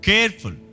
Careful